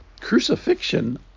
crucifixion